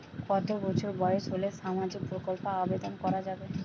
কত বছর বয়স হলে সামাজিক প্রকল্পর আবেদন করযাবে?